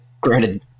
Granted